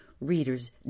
Reader's